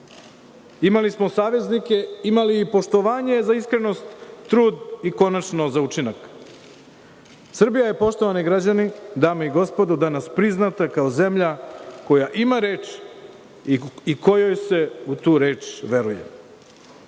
Imali smo saveznike, imali i poštovanje za iskrenost, trud i konačno – za učinak. Srbija je, poštovani građani, dame i gospodo, danas priznata kao zemlja koja ima reč i kojoj se u tu reč veruje. Sada